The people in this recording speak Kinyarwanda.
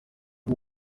rwo